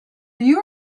you